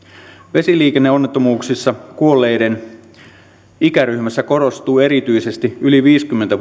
vesiliikenneonnettomuuksissa kuolleiden ikäryhmässä korostuu erityisesti yli viisikymmentä